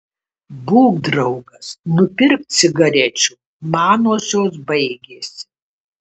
būk draugas nupirk cigarečių manosios baigėsi